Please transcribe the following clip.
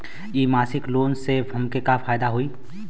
इ मासिक लोन से हमके का फायदा होई?